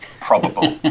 probable